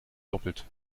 doppelt